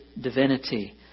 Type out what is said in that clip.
divinity